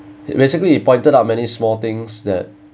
basically he pointed out many small things that